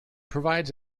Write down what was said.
provides